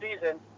season